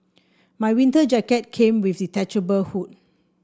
my winter jacket came with a detachable hood